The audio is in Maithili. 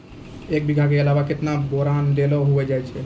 एक बीघा के अलावा केतना बोरान देलो हो जाए?